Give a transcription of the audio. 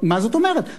מה זאת אומרת?